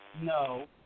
no